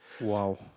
Wow